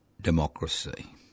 democracy